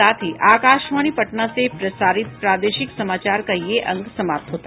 इसके साथ ही आकाशवाणी पटना से प्रसारित प्रादेशिक समाचार का ये अंक समाप्त हुआ